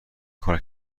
کار